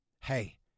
hey